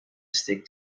stick